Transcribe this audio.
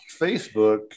Facebook